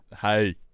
Hey